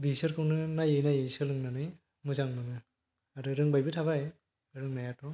बिसोरखौनो नायै नायै सोलोंनानै मोजां मोनो आरो रोंबायबो थाबाय रोंनायाथ'